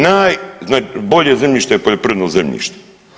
Najbolje zemljište je poljoprivredno zemljište.